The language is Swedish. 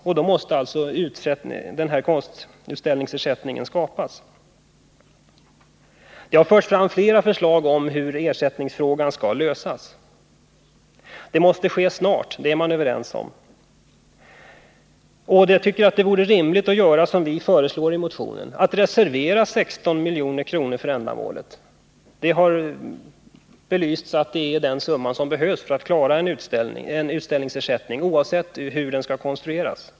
Och då måste alltså denna utställningsersättning skapas. Det har förts fram flera förslag om hur ersättningsfrågan skall lösas. Det måste ske snart — det är man överens om — och vi tycker att det vore rimligt att göra som vi föreslår i motionen, att reservera 16 miljoner för ändamålet. Det har belysts att det är den summan som behövs för att klara utställningsersättningen, oavsett hur den konstrueras.